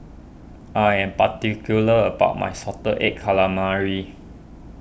I am particular about my Salted Egg Calamari